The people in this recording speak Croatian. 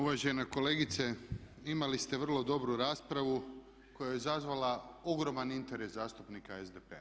Uvažena kolegice, imali ste vrlo dobru raspravu koja je izazvala ogroman interes zastupnika SDP-a.